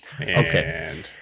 Okay